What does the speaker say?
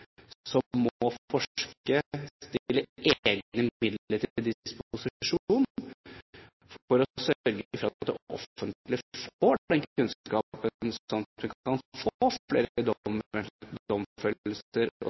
som må forske og stille egne midler til disposisjon for å sørge for at det offentlige får den kunnskapen, slik at vi kan få flere